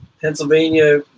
pennsylvania